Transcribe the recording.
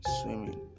swimming